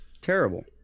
terrible